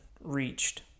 reached